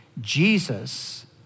Jesus